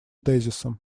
тезисом